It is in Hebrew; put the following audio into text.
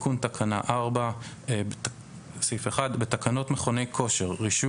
תיקון תקנה 41. בתקנות מכוני כושר (רישוי